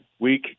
week